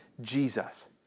Jesus